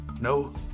No